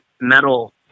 metal